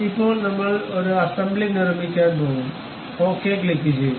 ഇപ്പോൾ നമ്മൾ ഒരു അസംബ്ലി നിർമ്മിക്കാൻ പോകുന്നു ഓക്കേ ക്ലിക്കുചെയ്യുക